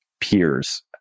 peers